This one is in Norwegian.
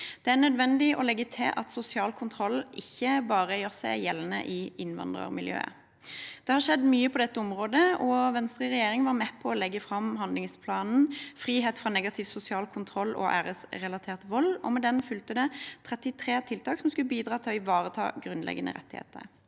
Det er nødvendig å legge til at sosial kontroll ikke bare gjør seg gjeldende i innvandrermiljøer. Det har skjedd mye på dette området. Venstre i regjering var med på å legge fram handlingsplanen «Frihet fra negativ sosial kontroll og æresrelatert vold», og med den fulgte det 33 tiltak som skulle bidra til å ivareta grunnleggende rettigheter.